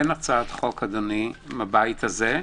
אין הצעת חוק בבית הזה.